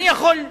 אני קורא למשל,